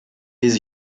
lese